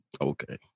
Okay